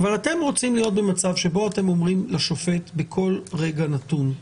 אתם רוצים להיות במצב שבו אתם אומרים לשופט בכל רגע נתון,